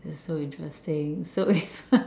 this is so interesting so